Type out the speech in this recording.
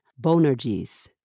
Bonerges